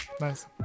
nice